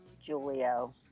julio